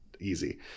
easy